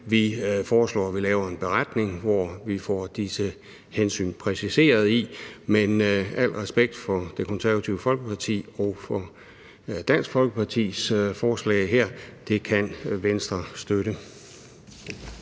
Vi foreslår, at vi laver en beretning, hvori vi får disse hensyn præciseret. Men al respekt for Det Konservative Folkeparti og Dansk Folkepartis forslag her. Det kan Venstre støtte.